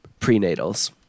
Prenatals